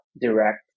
direct